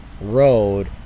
road